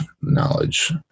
knowledge